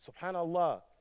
Subhanallah